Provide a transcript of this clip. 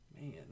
Man